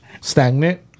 stagnant